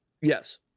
Yes